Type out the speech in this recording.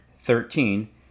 Thirteen